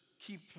keep